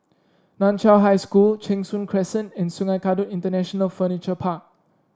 Nan Chiau High School Cheng Soon Crescent and Sungei Kadut International Furniture Park